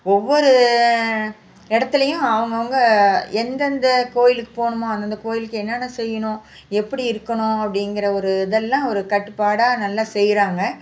ஒவ்வொரு இடத்துலையும் அவங்கவுங்க எந்தெந்த கோவிலுக்கு போகணுமோ அந்தந்த கோவிலுக்கு என்னென்ன செய்யணும் எப்படி இருக்கணும் அப்படிங்கிற ஒரு இதெல்லாம் ஒரு கட்டுப்பாடாக நல்லா செய்கிறாங்க